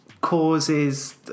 Causes